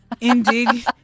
indeed